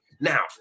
Now